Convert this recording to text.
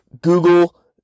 Google